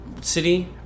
City